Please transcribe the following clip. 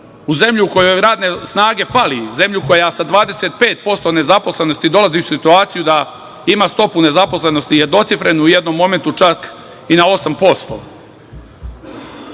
u zemlju u kojoj radne snage fali, zemlju koja sa 25% nezaposlenosti dolazi u situaciju da ima stopu nezaposlenosti jednocifrenu i u jednom momentu čak i na 8%.